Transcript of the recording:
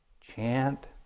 chant